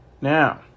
Now